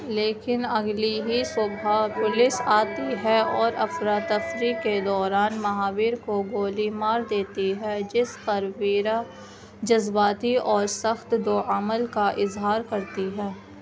لیکن اگلی ہی صبح پولیس آتی ہے اور افرا تفری کے دوران مہابیر کو گولی مار دیتی ہے جس پر ویرا جذباتی اور سخت دو عمل کا اظہار کرتی ہے